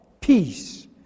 peace